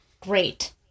Great